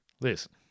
Listen